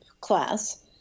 class